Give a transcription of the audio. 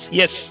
yes